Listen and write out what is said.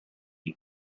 you